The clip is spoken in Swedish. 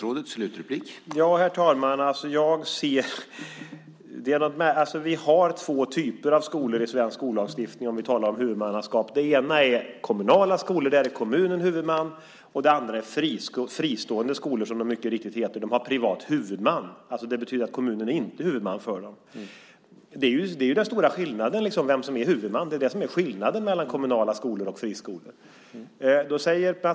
Herr talman! Vi har två typer av skolor i svensk skollagstiftning, om vi talar om huvudmannaskap. Det ena är kommunala skolor. Där är kommunen huvudman. Det andra är fristående skolor, som de mycket riktigt heter. De har privat huvudman. Det betyder att kommunen inte är huvudman för dem. Den stora skillnaden mellan kommunala skolor och friskolor är vem som är huvudman.